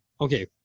okay